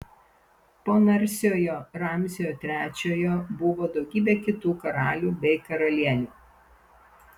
po narsiojo ramzio trečiojo buvo daugybė kitų karalių bei karalienių